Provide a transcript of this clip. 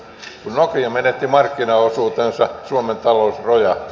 kun nokia menetti markkinaosuutensa suomen talous rojahti